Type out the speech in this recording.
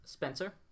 Spencer